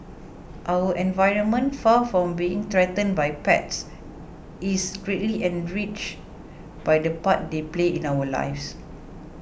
our environment far from being threatened by pets is greatly enriched by the part they play in our lives